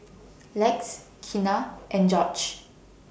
Lex Keanna and Gorge